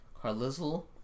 Carlisle